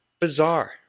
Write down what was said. bizarre